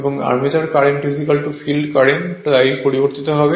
এবং armature current field current তাই পরিবর্তিত হবে